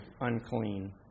unclean